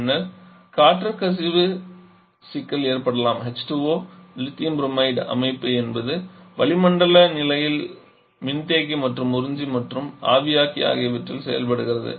பின்னர் காற்று கசிவு சிக்கல் ஏற்படலாம் H2O LiBr அமைப்பு எப்போதும் வளிமண்டல நிலையில் மின்தேக்கி மற்றும் உறிஞ்சி மற்றும் ஆவியாக்கி ஆகியவற்றில் செயல்படுகிறது